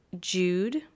Jude